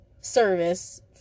service